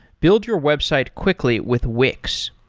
build your website quickly with wix.